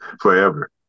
forever